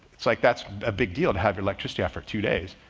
it's like that's a big deal to have your lecture staff for two days.